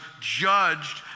judged